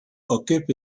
occupe